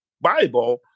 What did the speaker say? Bible